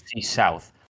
South